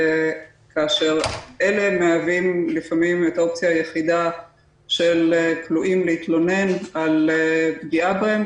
כאשר אלה מהווים לפעמים אופציה יחידה לכלואים להתלונן על פגיעה בהם,